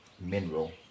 mineral